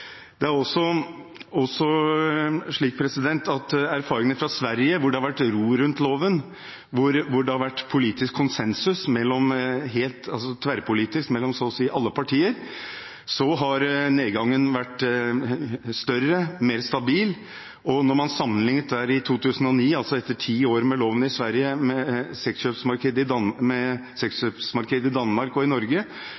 Det er også slik at erfaringene fra Sverige, hvor det har vært ro rundt loven, hvor det har vært politisk konsensus tverrpolitisk mellom så å si alle partier, viser at nedgangen har vært større, mer stabil. Da man i 2009, altså etter ti år med loven i Sverige, sammenlignet med sexkjøpsmarkedene i Danmark og i Norge,